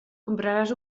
compraràs